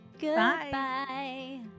Goodbye